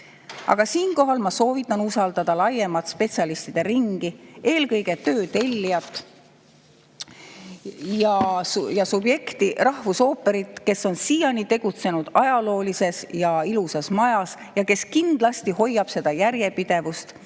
Aga siinkohal soovitan usaldada laiemat spetsialistide ringi, eelkõige töö tellijat ja subjekti, rahvusooperit, kes on siiani tegutsenud ajaloolises ja ilusas majas, kes kindlasti hoiab seda järjepidevust